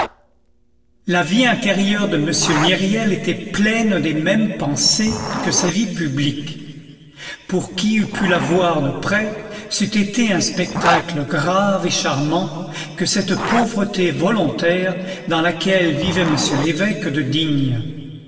la vie intérieure de m myriel était pleine des mêmes pensées que sa vie publique pour qui eût pu la voir de près c'eût été un spectacle grave et charmant que cette pauvreté volontaire dans laquelle vivait m l'évêque de digne